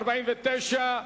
בעד, 49,